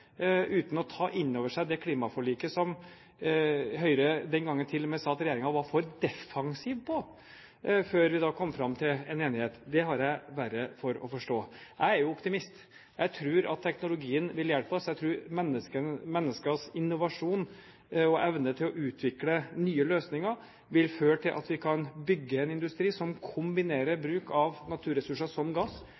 uten å ta inn over seg det klimaforliket som Høyre den gang til og med sa at regjeringen var for defensiv på før vi kom fram til en enighet, har jeg verre for å forstå. Jeg er optimist. Jeg tror at teknologien vil hjelpe oss. Jeg tror menneskers innovasjon og evne til å utvikle nye løsninger vil føre til at vi kan bygge en industri som kombinerer